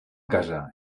casa